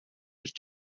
ирж